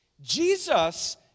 Jesus